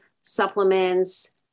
supplements